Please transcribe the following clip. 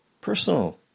personal